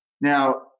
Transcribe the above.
Now